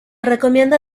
recomienda